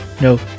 No